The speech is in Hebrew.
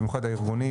במיוחד הארגונים